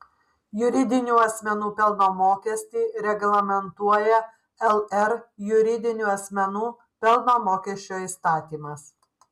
juridinių asmenų pelno mokestį reglamentuoja lr juridinių asmenų pelno mokesčio įstatymas